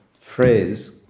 phrase